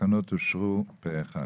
התקנות אושרו פה אחד.